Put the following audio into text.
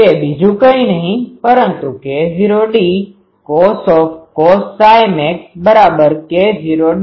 તે બીજું કઈ નહિ પરંતુ k0dcos max K૦d